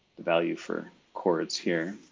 the value for cords here.